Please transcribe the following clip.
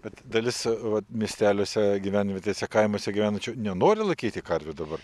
bet dalis vat miesteliuose gyvenvietėse kaimuose gyvenančių nenori laikyti karvių dabar